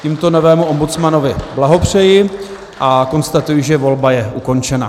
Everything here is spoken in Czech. Tímto novému ombudsmanovi blahopřeji a konstatuji, že volba je ukončena.